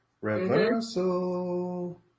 reversal